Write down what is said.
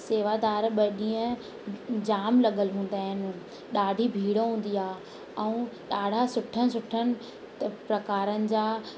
सेवादार ॿ ॾींहं जाम लॻल हूंदा आहिनि ॾाढी भीड़ हूंदी आहे ऐं ॾाढा सुठनि सुठनि त प्रकारनि जा